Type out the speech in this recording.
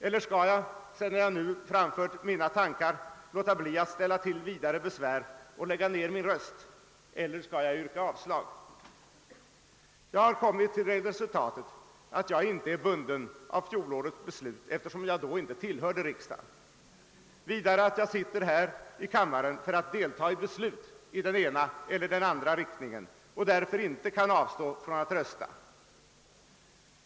Eller skall jag, sedan jag nu framfört mina tankar, låta bli att ställa till vidare besvär och lägga ned min röst? Eller skall jag yrka avslag? Jag har kommit till det resultatet att jag inte är bunden av fjolårets beslut, eftersom jag då inte tillhörde riksdagen. Vidare är det min uppfattning att jag sitter här i kammaren för att delta i beslut i den ena eller andra riktningen och därför inte kan avstå från att rösta.